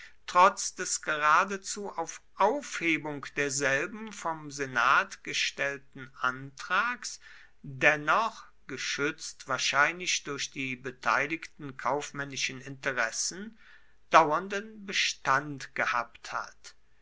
trotz des geradezu auf aufhebung derselben vom senat gestellten antrags dennoch geschützt wahrscheinlich durch die beteiligten kaufmännischen interessen dauernden bestand gehabt hat